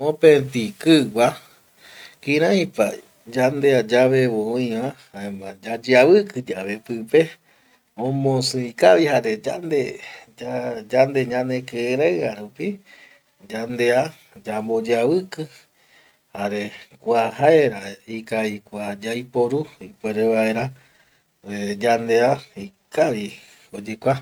Mopeti kigua kiraipa yandea yavevo oiva jaema yayeaviki yave pipe omosii kavi jare yande ñanekirei arupi yandea yamboyeaviki jare kua jaera ikavi kua yaiporu ipuere vaera yandea ikavi oyekua